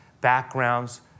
backgrounds